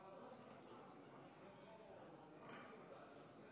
קובע שהצעת חוק לתיקון פקודת המשטרה של